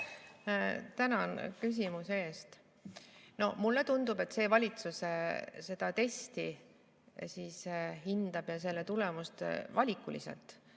Tänan küsimuse eest! Mulle tundub, et see valitsus hindab seda testi ja selle tulemust valikuliselt.